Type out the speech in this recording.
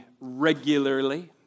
regularly